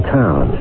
town